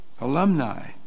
alumni